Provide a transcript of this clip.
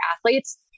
athletes